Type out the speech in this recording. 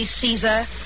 Caesar